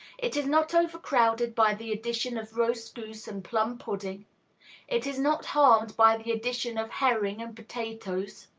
it is not overcrowded by the addition of roast goose and plum-pudding it is not harmed by the addition of herring and potatoes.